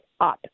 up